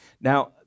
Now